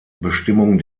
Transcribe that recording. bestimmung